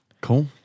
Cool